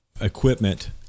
equipment